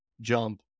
jump